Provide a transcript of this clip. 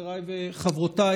חבריי וחברותיי,